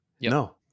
No